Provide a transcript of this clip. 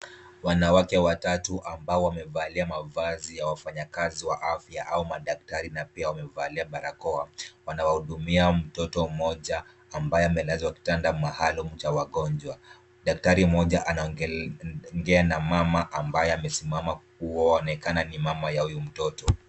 Wanawake watatu ambao wamevalia mavazi ya wafanyakazi wa afya au madaktari na pia wamevalia barakoa, wanawahudumia mtoto mmoja ambaye amelazwa kitanda maalum cha wagonjwa. Daktari mmoja anaongea na mmama ambaye amesimama huku anaonekana ni mama ya huyu mtoto.